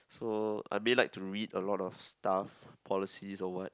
so I mean like to read a lot of stuff policies or what